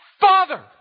Father